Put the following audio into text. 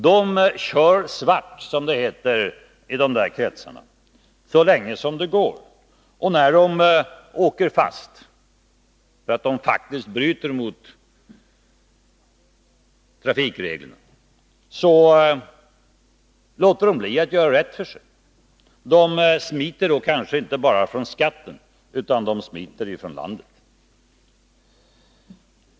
De kör svart, som det heter i de där kretsarna, så länge det går, och när de åker fast, därför att de faktiskt bryter mot trafikreglerna, så låter de bli att göra rätt för sig. De smiter då kanske inte bara från skatten, utan de smiter från landet.